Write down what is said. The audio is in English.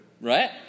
right